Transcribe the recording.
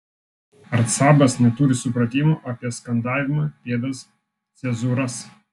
arcabas neturi supratimo apie skandavimą pėdas cezūras